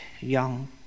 young